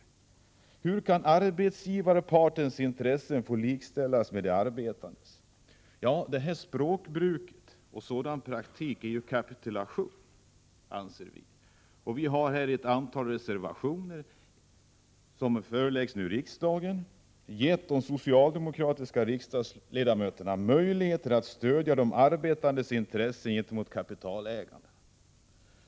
Mot den bakgrunden frågar man sig hur arbetsgivarpartens intressen kan få likställas med de arbetandes. Vpk anser att detta språkbruk och dessa förhållanden innebär en kapitulation, och vi har till det nu aktuella betänkandet avgivit ett antal reservationer. Därmed ger vi de socialdemokratiska ledamöterna i kammaren möjlighet att stödja de arbetandes intressen gentemot kapitalägarnas.